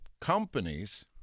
companies